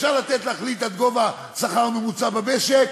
אפשר להחליט לתת עד גובה השכר הממוצע במשק,